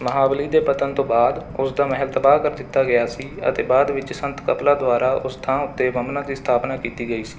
ਮਹਾਬਲੀ ਦੇ ਪਤਨ ਤੋਂ ਬਾਅਦ ਉਸ ਦਾ ਮਹਿਲ ਤਬਾਹ ਕਰ ਦਿੱਤਾ ਗਿਆ ਸੀ ਅਤੇ ਬਾਅਦ ਵਿੱਚ ਸੰਤ ਕਪਲਾ ਦੁਆਰਾ ਉਸ ਥਾਂ ਉੱਤੇ ਵਮਨਾ ਦੀ ਸਥਾਪਨਾ ਕੀਤੀ ਗਈ ਸੀ